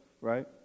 right